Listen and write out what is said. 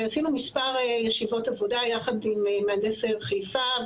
ועשינו מספר ישיבות עבודה יחד עם מהנדס העיר חיפה,